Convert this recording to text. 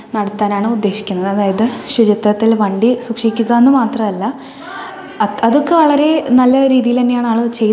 നടത്താനാണ് ഉദ്ദേശിക്കുന്നത് അതായത് ശുചിത്വത്തിൽ വണ്ടി സൂക്ഷിക്കുക എന്ന് മാത്രമല്ല അത് അതൊക്കെ വളരെ നല്ല രീതിയിൽത്തന്നെയാണ് ആള് ചെയ്തത്